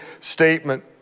statement